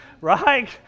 right